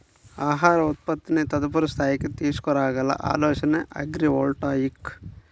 ఆహార ఉత్పత్తిని తదుపరి స్థాయికి తీసుకురాగల ఆలోచనే అగ్రివోల్టాయిక్